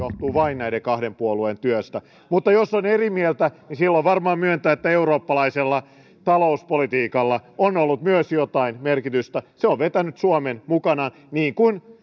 johtuu vain näiden kahden puolueen työstä mutta jos on eri mieltä silloin varmaan myöntää että eurooppalaisella talouspolitiikalla on ollut myös jotain merkitystä se on vetänyt suomen mukanaan niin kuin